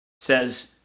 says